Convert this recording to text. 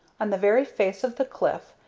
on the very face of the cliff,